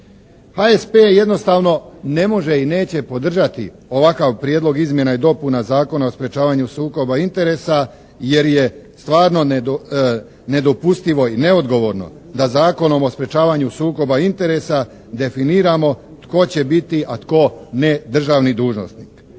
HSP jednostavno ne može i neće podržati ovakav Prijedlog izmjena i dopuna Zakona o sprečavanju sukoba interesa jer je stvarno nedopustivo i neodgovorno da Zakonom o sprečavanju sukoba interesa definiramo tko će biti a tko ne državni dužnosnik?